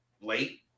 late